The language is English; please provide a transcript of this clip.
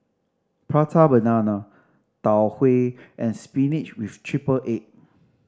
Prata Banana Tau Huay and spinach with triple egg